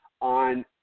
On